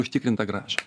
užtikrintą grąžą